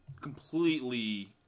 completely